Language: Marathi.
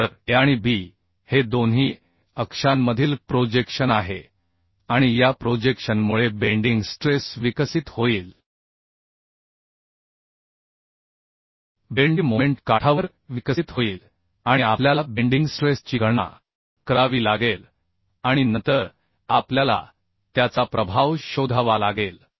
तर a आणि b हे दोन्ही अक्षांमधील प्रोजेक्शन आहे आणि या प्रोजेक्शनमुळे बेंडिंग स्ट्रेस विकसित होईल बेंडी मोमेंट काठावर विकसित होईल आणि आपल्याला बेंडिंग स्ट्रेस ची गणना करावी लागेल आणि नंतर आपल्याला त्याचा प्रभाव शोधावा लागेल